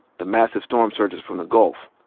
the massive storm surges from the gulf,